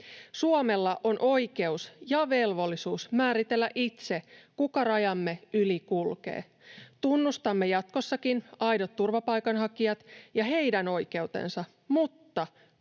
Suomella on oikeus ja velvollisuus määritellä itse, kuka rajamme yli kulkee. Tunnustamme jatkossakin aidot turvapaikanhakijat ja heidän oikeutensa, mutta